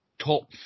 top